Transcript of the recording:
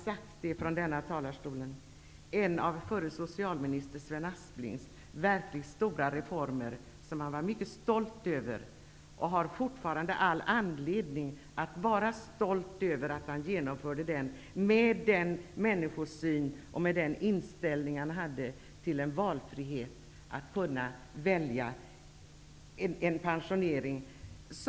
Sven Asplings verkligt stora reformer som han var mycket stolt över, och som han fortfarande har anledning att vara stolt över, att ha genomfört. Den människosyn han hade gjorde att hans inställning var att man skulle ha möjlighet att välja pensionering.